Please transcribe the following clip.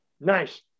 nice